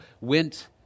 went